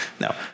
no